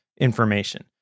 information